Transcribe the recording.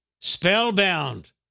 spellbound